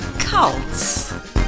Cults